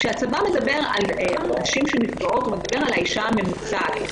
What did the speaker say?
כשהצבא מדבר על נשים שנפגעות הוא מדבר על האישה הממוצעת.